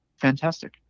fantastic